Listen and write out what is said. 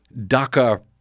DACA